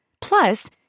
Plus